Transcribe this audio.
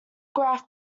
graph